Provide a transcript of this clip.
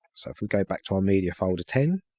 go back to um media folder ten